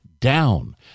down